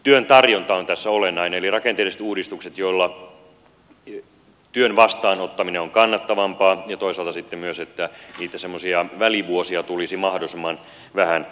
työn tarjonta on tässä olennaista eli rakenteelliset uudistukset joilla työn vastaanottaminen on kannattavampaa ja toisaalta sitten myös se että niitä semmoisia välivuosia tulisi mahdollisimman vähän